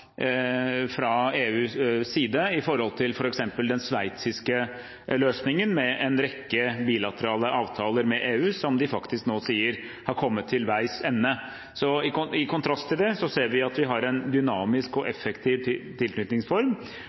EUs side i forhold til f.eks. den sveitsiske løsningen med en rekke bilaterale avtaler med EU, som de faktisk nå sier har kommet til veis ende. I kontrast til det ser vi at vi har en dynamisk og effektiv tilknytningsform